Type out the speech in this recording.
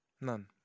none